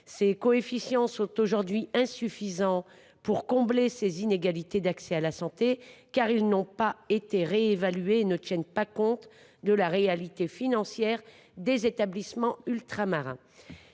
les outre mer. Ils sont désormais insuffisants pour combler ces inégalités d’accès à la santé, car ils n’ont pas été réévalués et ne tiennent pas compte de la réalité financière des établissements ultramarins.